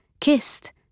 kissed